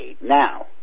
Now